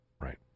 Right